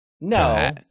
No